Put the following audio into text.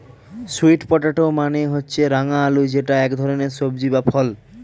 sweet potato মানে হচ্ছে রাঙা আলু যেটা এক ধরনের সবজি বা ফল